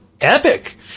epic